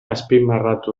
azpimarratu